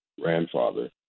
grandfather